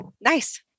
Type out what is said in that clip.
Nice